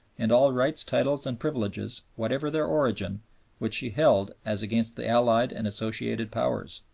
and all rights, titles and privileges whatever their origin which she held as against the allied and associated powers.